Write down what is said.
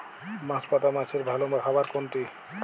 বাঁশপাতা মাছের ভালো খাবার কোনটি?